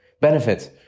benefits